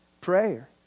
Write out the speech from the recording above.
prayer